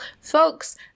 Folks